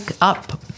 up